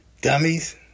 Dummies